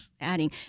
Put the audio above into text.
adding